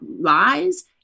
lies